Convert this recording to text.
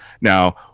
Now